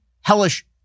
hellish